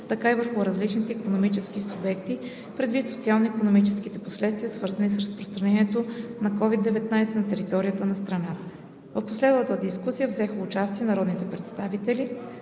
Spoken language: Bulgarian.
така и върху различните икономически субекти, предвид социално-икономическите последствия, свързани с разпространението на COVID-19 на територията на страната. В последвалата дискусия взеха участие народните представители